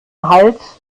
hals